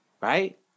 Right